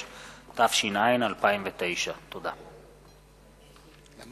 פ/1900/18, הצעת חוק